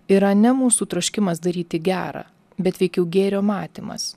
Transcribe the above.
yra ne mūsų troškimas daryti gera bet veikiau gėrio matymas